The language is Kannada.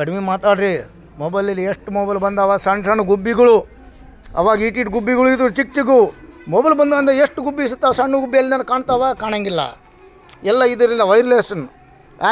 ಕಡಿಮೆ ಮಾತಾಡ್ರಿ ಮೊಬೈಲಲ್ಲಿ ಎಷ್ಟು ಮೊಬೈಲ್ ಬಂದಾವೆ ಸಣ್ಣ ಸಣ್ಣ ಗುಬ್ಬಿಗಳು ಅವಾಗ ಈಟು ಈಟು ಗುಬ್ಬಿಗಳ್ ಇದ್ವು ಚಿಕ್ಕ ಚಿಕ್ಕವು ಮೊಬೈಲ್ ಬಂದಾಗಿಂದ ಎಷ್ಟು ಗುಬ್ಬಿ ಸತ್ತವೆವ್ ಸಣ್ಣ ಗುಬ್ಬಿ ಎಲ್ಲಾರು ಕಾಣ್ತಾವ ಕಾಣೋಂಗಿಲ್ಲ ಎಲ್ಲ ಇದಿರಿಲ್ಲ ವೈರ್ಯ್ಲೇಷನ್